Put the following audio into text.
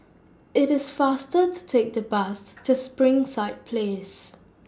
IT IS faster to Take The Bus to Springside Place